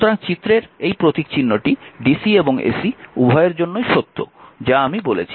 সুতরাং চিত্রের এই প্রতীকচিহ্নটি dc এবং ac উভয়ের জন্যই সত্য যা আমি বলেছি